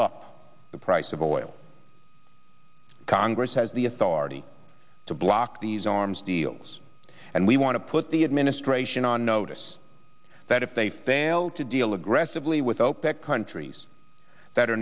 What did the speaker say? up the price of oil congress has the authority to block these arms deals and we want to put the administration on notice that if they fail to deal aggressively with opec countries that are